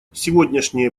сегодняшние